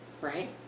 Right